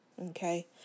Okay